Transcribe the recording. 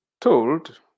told